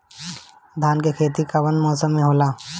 धान के खेती कवन मौसम में होला?